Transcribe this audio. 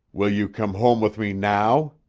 will you come home with me now?